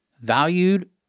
Valued